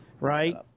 right